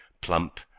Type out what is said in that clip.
plump